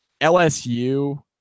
LSU